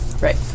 Right